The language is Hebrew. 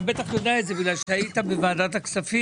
אתה בטח יודע את זה בגלל שהיית בוועדת הכספים,